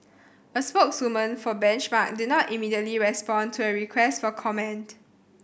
a spokeswoman for Benchmark did not immediately respond to a request for comment